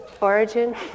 Origin